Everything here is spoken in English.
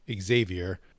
Xavier